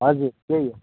हजुर त्यही हो